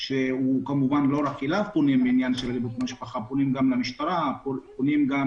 שלא רק אליו פונים כי פונים גם למשטרה ופונים גם